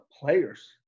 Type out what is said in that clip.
players